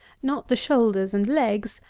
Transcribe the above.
not the shoulders and legs,